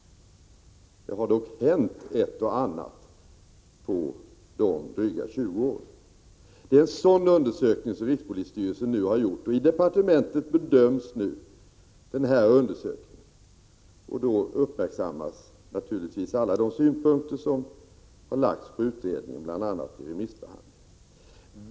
Det har dock hänt ett och annat på dessa drygt 20 år. En undersökning har gjorts av rikspolisstyrelsen. I departementet bedöms nu denna undersökning, och då beaktas naturligtvis alla de synpunkter som lagts på utredningen bl.a. vid remissbehandlingen.